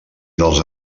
dels